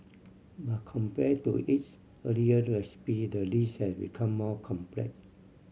but compare to its earlier recipe the dish has become more complex